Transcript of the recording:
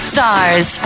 Stars